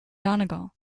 donegal